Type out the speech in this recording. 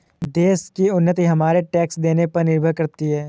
देश की उन्नति हमारे टैक्स देने पर निर्भर करती है